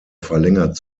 verlängert